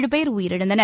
ஏழு பேர் உயிரிழந்தனர்